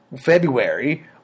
February